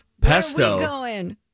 pesto